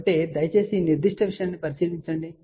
కాబట్టి దయచేసి ఈ నిర్దిష్ట విషయాన్ని పరిశీలించండి